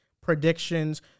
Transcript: predictions